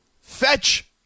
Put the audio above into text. fetch